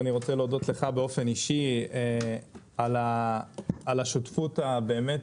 אני רוצה להודות לך באופן אישי על השותפות הבאמת